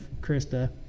Krista